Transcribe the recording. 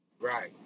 Right